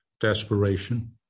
desperation